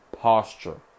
posture